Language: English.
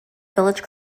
village